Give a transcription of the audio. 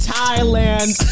Thailand